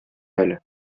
әле